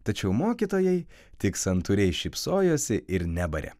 tačiau mokytojai tik santūriai šypsojosi ir nebarė